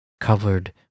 covered